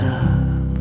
up